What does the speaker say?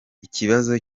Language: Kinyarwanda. ikibazo